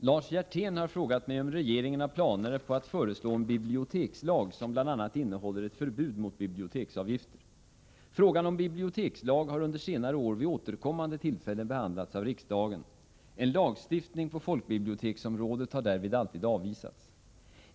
Lars Hjertén har frågat mig om regeringen har planer på att föreslå en bibliotekslag, som bl.a. innehåller ett förbud mot biblioteksavgifter. Frågan om bibliotekslag har under senare år vid återkommande tillfällen behandlats av riksdagen. En lagstiftning på folkbiblioteksområdet har därvid alltid avvisats.